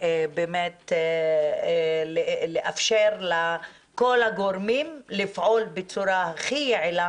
כדי לאפשר לכל הגורמים לפעול בצורה הכי יעילה